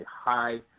high